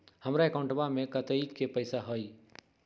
हमार अकाउंटवा में कतेइक पैसा हई?